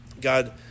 God